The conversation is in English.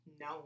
No